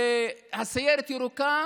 והסיירת הירוקה,